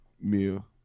meal